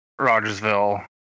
Rogersville